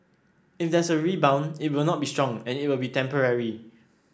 if there's a rebound it will not be strong and it will be temporary